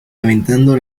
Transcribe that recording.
aventando